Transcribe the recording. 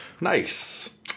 nice